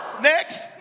Next